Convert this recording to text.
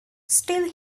still